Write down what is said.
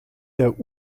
der